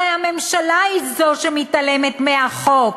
הרי הממשלה היא זו שמתעלמת מהחוק.